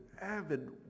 avid